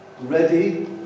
ready